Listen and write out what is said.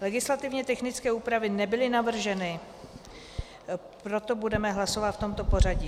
Legislativně technické úpravy nebyly navrženy, proto budeme hlasovat v tomto pořadí: